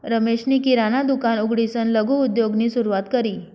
रमेशनी किराणा दुकान उघडीसन लघु उद्योगनी सुरुवात करी